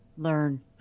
learn